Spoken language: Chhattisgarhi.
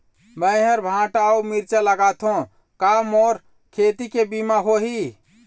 मेहर भांटा अऊ मिरचा लगाथो का मोर खेती के बीमा होही?